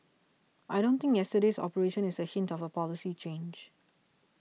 I don't think yesterday's operation is a hint of a policy change